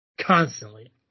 Constantly